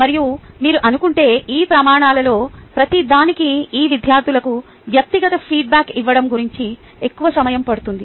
మరియు మీరు అనుకుంటే ఈ ప్రమాణాలలో ప్రతిదానికి ఈ విద్యార్థులకు వ్యక్తిగత ఫీడ్బ్యాక్ ఇవ్వడం గురించి ఎక్కువ సమయం పడుతుంది